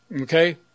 Okay